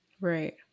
Right